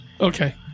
Okay